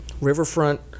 riverfront